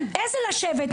איזה לשבת?